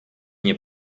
nie